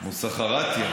מוסחראתייה.